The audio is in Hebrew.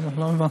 לא הבנתי.